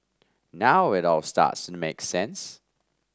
now it all starts make sense